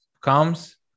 comes